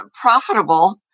profitable